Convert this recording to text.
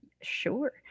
Sure